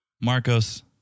Marcos